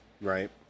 Right